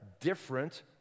different